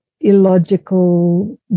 illogical